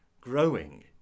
growing